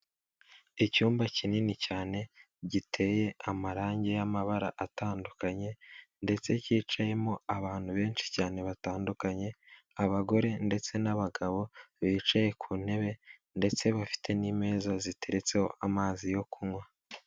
Icumba kinini cyane, giteye amarangi y'amabara qatandukanye ndetse kicayemo abantu benshi batandukanye , abagore ndetse n' abagabo bicaye ku ntebe ndetse bafite n' imeza ziteretseho amazi yo kunywa.